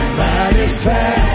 manifest